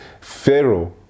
Pharaoh